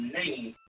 name